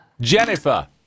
jennifer